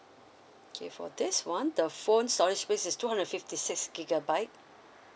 okay for this [one] the phone storage space is two hundred and fifty six gigabyte